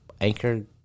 Anchor